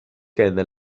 كان